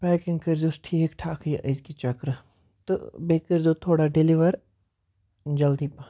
packing کٔرزہوس ٹھیٖک ٹھاکے أزۍکہِ چَکرٕ تہٕ بیٚیہِ کٔرزیو تھوڑا ڈیلِور جلدی پَہم حظ